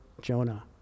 Jonah